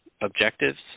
objectives